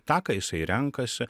tą ką jisai renkasi